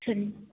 சரி